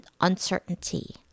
uncertainty